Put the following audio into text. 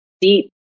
Deep